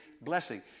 blessing